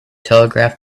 telegraph